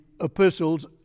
epistles